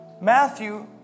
Matthew